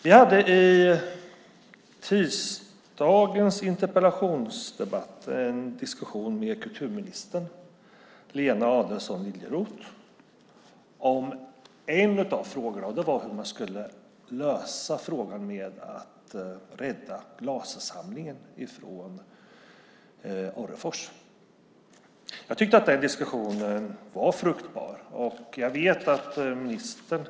Vi hade i tisdagens interpellationsdebatt en diskussion med kulturminister Lena Adelsohn Liljeroth om en av frågorna, och det var hur man skulle lösa frågan om att rädda glassamlingen i Orrefors. Jag tyckte att den diskussionen var fruktbar.